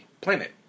planet